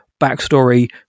backstory